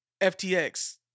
FTX